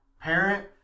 parent